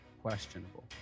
questionable